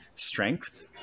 strength